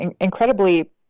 incredibly